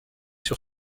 sur